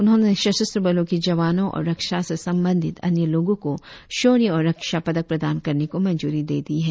उन्होंने सशस्त्र बलों के जवानों और रक्षा से संबंधित अन्य लोगों को शौर्य और रक्षा पदक प्रदान करने को मंजूरी दे दी है